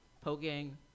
Poking